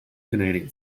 canadian